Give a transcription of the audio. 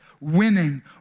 winning